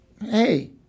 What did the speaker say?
hey